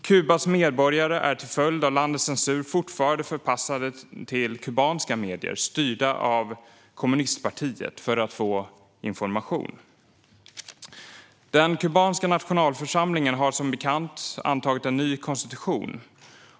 Kubas medborgare är till följd av landets censur fortfarande hänvisade till kubanska medier, styrda av kommunistpartiet, för att få information. Den kubanska nationalförsamlingen har som bekant antagit en ny konstitution.